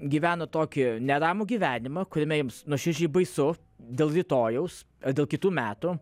gyvena tokį neramų gyvenimą kuriame jiems nuoširdžiai baisu dėl rytojaus dėl kitų metų